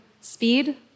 speed